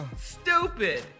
stupid